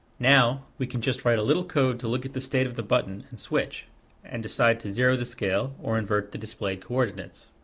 now, we can just write a little code to look at the state of the button and switch and decide to zero the scale or invert the displayed coordinates.